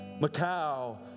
Macau